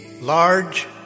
large